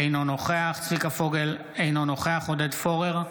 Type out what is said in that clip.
אינו נוכח צביקה פוגל, אינו נוכח עודד פורר,